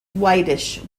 whitish